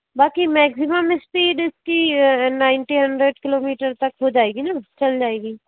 बाकी maximum speed उसकी ninety hundred kilometre तक हो जाएगी न चल जाएगी